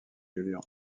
julian